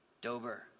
Dober